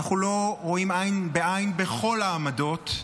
אנחנו לא רואים עין בעין בכל העמדות,